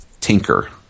Tinker